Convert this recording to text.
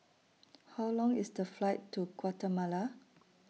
How Long IS The Flight to Guatemala